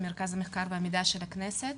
אני ממרכז המידע והמחקר של הכנסת,